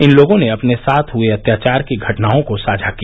इन लोगों ने अपने साथ हुए अत्याचार की घटनाओं को साझा किया